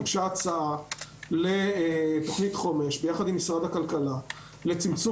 הוגשה הצעה לתוכנית חומש ביחד עם משרד הכלכלה לצמצום